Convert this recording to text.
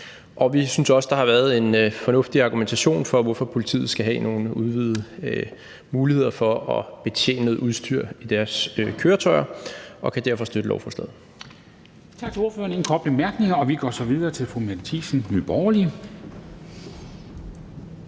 Og vi synes også, at der har været en fornuftig argumentation for, hvorfor politiet skal have nogle udvidede muligheder for at betjene noget udstyr i deres køretøjer, og vi kan derfor støtte lovforslaget. Kl. 10:20 Formanden (Henrik Dam Kristensen): Tak til ordføreren. Der er